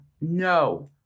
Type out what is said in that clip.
no